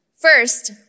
First